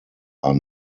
are